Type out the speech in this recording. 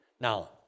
Now